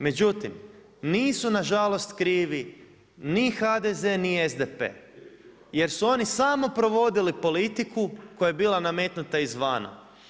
Međutim, nisu nažalost ni HDZ ni SDP jer su oni samo provodili politiku koja je bila nametnuta izvana.